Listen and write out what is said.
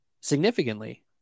Significantly